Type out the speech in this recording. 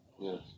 Yes